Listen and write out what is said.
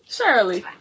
Shirley